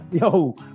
yo